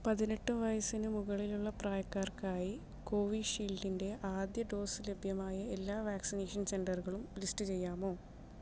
പതിനെട്ട് വയസ്സിന് മുകളിലുള്ള പ്രായക്കാർക്കായി കോവിഷീൽഡിന്റെ ആദ്യ ഡോസ് ലഭ്യമായ എല്ലാ വാക്സിനേഷൻ സെന്ററുകളും ലിസ്റ്റ് ചെയ്യാമോ